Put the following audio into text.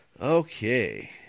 Okay